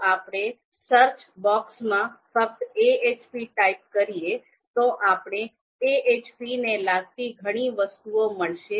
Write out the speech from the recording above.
જો આપણે સર્ચ બોક્સમાં ફક્ત ahp ટાઇપ કરીએ તો આપણે ahp ને લગતી ઘણી વસ્તુઓ મળશે